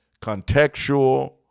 contextual